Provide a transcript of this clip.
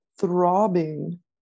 throbbing